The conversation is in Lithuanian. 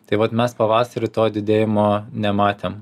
tai vat mes pavasarį to didėjimo nematėm